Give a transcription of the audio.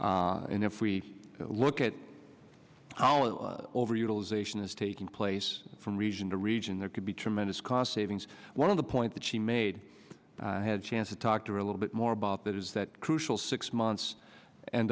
and if we look at how over utilization is taking place from region to region there could be tremendous cost savings one of the point that she made i had a chance to talk to her a little bit more about that is that crucial six months and